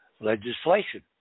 legislation